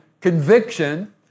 conviction